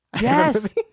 Yes